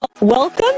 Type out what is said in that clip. Welcome